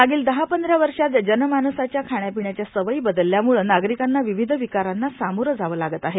मागिल दहा पंधरा वर्षात जनमानसाच्या खाण्यापिण्याच्या सवयी बदलल्यामुळं नागरिकांना विविध विकारांना सामोरं जावं लागत आहे